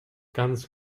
ganz